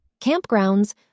Campgrounds